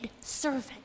servant